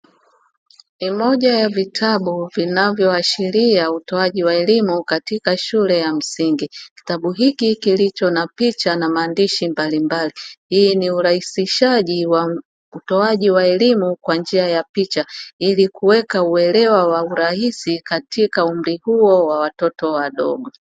Ni moja ya vitabu vinavyoashiria utoaji wa elimu katika shule ya msingi, kitabu hiki kilicho na picha na mandishi mbalimbali. Hii ni urahisishaji wa utoaji wa elimu kwa njia ya picha, ili kuweka uelewa wa urahisi katika umri huo wa watoto wadogo.